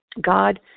God